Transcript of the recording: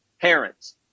parents